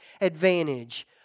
advantage